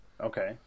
Okay